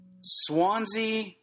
Swansea